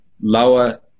lower